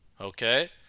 Okay